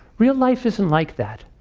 real life isn't like that.